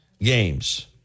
games